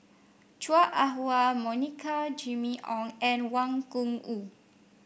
Chua Ah Huwa Monica Jimmy Ong and Wang Gungwu